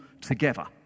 together